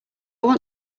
want